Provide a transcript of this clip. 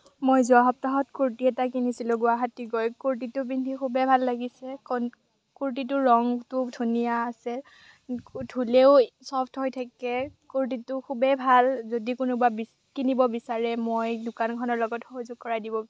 মই যোৱা সপ্তাহত কুৰ্তি এটা কিনিছিলোঁ গুৱাহাটী গৈ কুৰ্তিটো পিন্ধি খুবেই ভাল লাগিছে কণ কুৰ্তিটোৰ ৰঙটো ধুনীয়া আছে ধুলেও চফ্ট হৈ থাকে কুৰ্তিটো খুবেই ভাল যদি কোনোবা কিনিব বিচাৰে মই দোকানখনৰ লগত সহযোগ কৰাই দিব